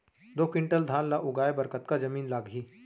दो क्विंटल धान ला उगाए बर कतका जमीन लागही?